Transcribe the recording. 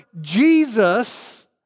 Jesus